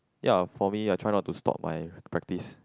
ya for me I try not to stop my practice